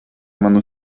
manu